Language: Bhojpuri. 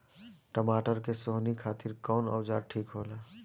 टमाटर के सोहनी खातिर कौन औजार ठीक होला?